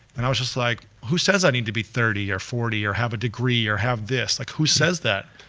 and i was just like, who says i need to be thirty or forty or have a degree or have this, like who says that?